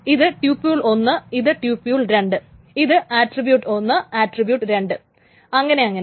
ഇത് ട്യൂപ്യൂൾ 1 ഇത് ട്യൂപ്യൂൾ 2 ഇത് ആട്രിബ്യൂട്ട് 1 ആട്രിബ്യൂട്ട് 2 അങ്ങനെയങ്ങനെ